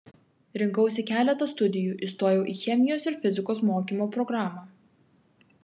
rinkausi keletą studijų įstojau į chemijos ir fizikos mokymo programą